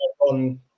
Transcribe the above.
On